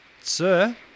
Sir